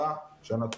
תודה, שנה טובה.